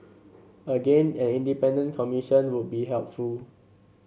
again an independent commission would be helpful